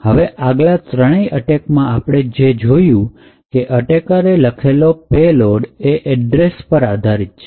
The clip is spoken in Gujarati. હવે આગલા ત્રણેય અટેકમાં આપણે જે જોયું તે અટેકરે લખેલો payload એ એડ્રેસ પર આધારિત છે